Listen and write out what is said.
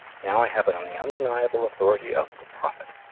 now i have it on the undeniable authority of the prophet.